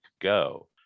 go